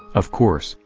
of course,